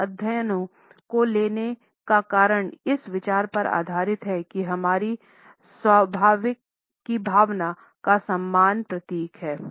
इन अध्ययनों को लेने का कारण इस विचार पर आधारित है कि हमारी स्वाभिमान की भावना का सामान प्रतीक है